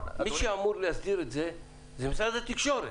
-- מי שאמור להסדיר את זה הוא משרד התקשורת.